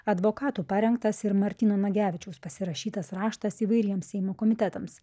advokatų parengtas ir martyno nagevičiaus pasirašytas raštas įvairiems seimo komitetams